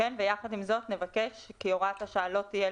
יחד עם זאת נבקש כי הוראת השעה לא תהיה